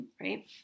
right